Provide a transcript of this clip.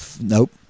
Nope